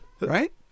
right